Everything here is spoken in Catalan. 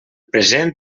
present